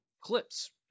clips